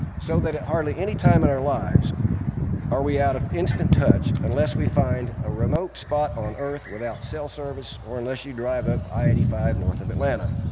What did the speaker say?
so that at hardly any time in our lives are we out of instant touch, unless we find a remote spot on earth without cell service or unless you drive up i eighty five north of atlanta.